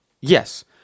Yes